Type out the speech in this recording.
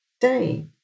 day